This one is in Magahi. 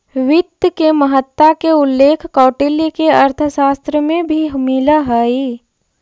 वित्त के महत्ता के उल्लेख कौटिल्य के अर्थशास्त्र में भी मिलऽ हइ